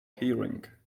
hearing